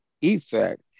effect